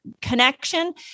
connection